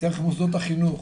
דרך מוסדות החינוך,